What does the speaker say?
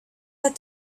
had